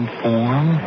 form